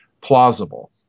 plausible